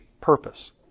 purpose